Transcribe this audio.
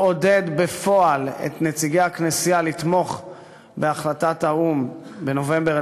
הוא עודד בפועל את נציגי הכנסייה לתמוך בהחלטת האו"ם בנובמבר